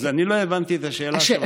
אז אני לא הבנתי את השאלה שלך.